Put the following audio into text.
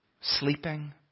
sleeping